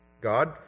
God